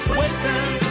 waiting